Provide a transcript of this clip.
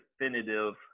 definitive